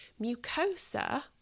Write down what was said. Mucosa